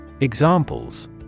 Examples